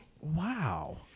Wow